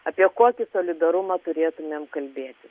apie kokį solidarumą turėtumėm kalbėti